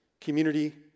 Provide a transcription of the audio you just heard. community